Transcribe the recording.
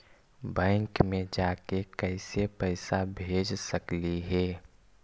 Bank मे जाके कैसे पैसा भेज सकली हे?